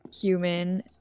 human